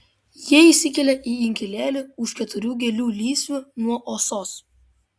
jie įsikelia į inkilėlį už keturių gėlių lysvių nuo osos